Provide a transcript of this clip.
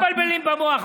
מה אתם מבלבלים במוח?